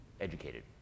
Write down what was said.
educated